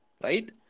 right